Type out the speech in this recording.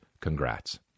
congrats